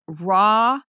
raw